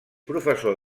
professor